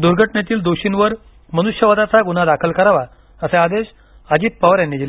दुर्घटनेतील दोषींवर मनुष्यवधाचा गुन्हा दाखल करावा असे आदेश अजित पवार यांनी दिले